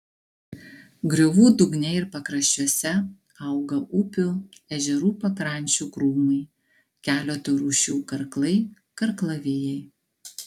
griovų dugne ir pakraščiuose auga upių ežerų pakrančių krūmai keleto rūšių karklai karklavijai